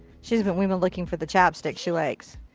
she's been. we've been looking for the chap stick she likes.